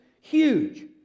huge